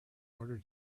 order